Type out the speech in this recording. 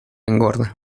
engorda